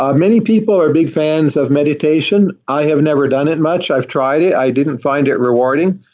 um many people are big fans of meditation. i have never done it much. i've tried it. i didn't find it rewarding.